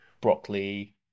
Broccoli